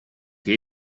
che